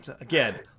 again